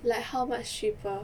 like how much cheaper